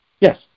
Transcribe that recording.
Yes